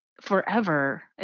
forever